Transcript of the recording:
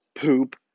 poop